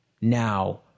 Now